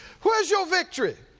where is your victory?